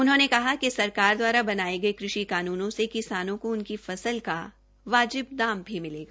उन्होंने कहा कि सरकार द्वारा बनाये गये कृषि कानूनों से किसानों को उनकी फसल का वाजिब दाम मिल सकेगा